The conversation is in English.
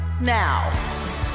now